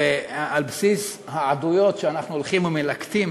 ועל בסיס העדויות שאנחנו הולכים ומלקטים